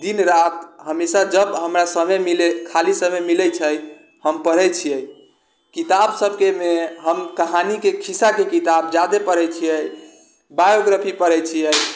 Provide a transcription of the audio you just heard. दिन राति हमेशा जब हमरा समय मिलैय खाली समय मिलै छै हम पढ़ै छियै किताब सबकेमे हम कहानी खिस्साके किताब जादे पढ़ै छियै बायोग्राफी पढ़ै छियै